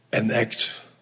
enact